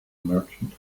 merchant